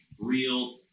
real